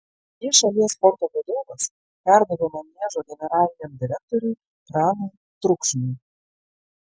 jį šalies sporto vadovas perdavė maniežo generaliniam direktoriui pranui trukšniui